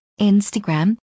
Instagram